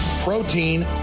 protein